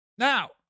Now